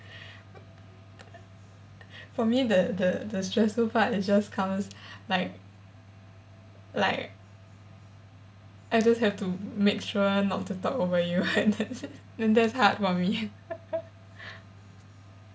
for me the the the stressful part is just comes like like I just have to make sure not to talk over you and that and that's hard for me